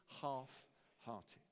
half-hearted